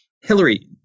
Hillary